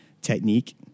technique